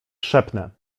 szepnę